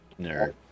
nerd